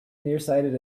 nearsighted